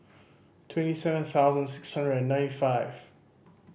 twenty seven thousand six hundred and ninety five